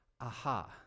aha